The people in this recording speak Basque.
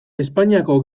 espainiako